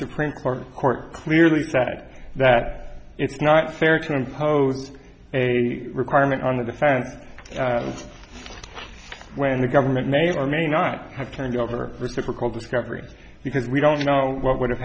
supreme court court clearly said that it's not fair to impose a requirement on the defendant when the government may or may not have turned over reciprocal discovery because we don't know what would have